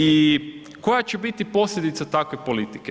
I koja će biti posljedica takve politike?